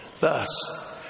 Thus